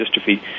dystrophy